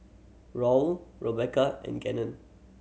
Roel Rebecca and Gannon